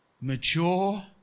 Mature